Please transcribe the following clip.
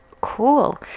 cool